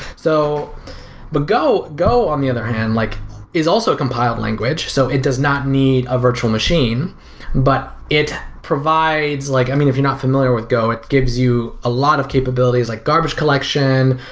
so but go go on the other hand, like is also a compiled language, so it does not need a virtual machine but it provides like, i mean, if you're not familiar with go, it gives you a lot of capabilities like garbage collection,